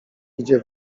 idzie